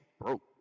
broke